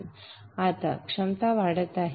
संदर्भ वेळ 2449 आता क्षमता वाढत आहे